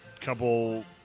couple